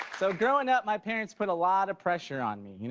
so growing up my parents put a lot of pressure on me,